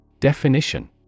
Definition